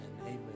amen